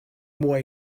more